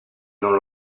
non